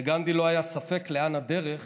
לגנדי לא היה ספק לאן הדרך